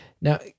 Now